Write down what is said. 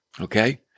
Okay